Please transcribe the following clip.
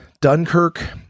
dunkirk